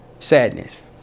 sadness